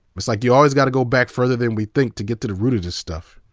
it's like you always gotta go back further than we think to get to the root of this stuff.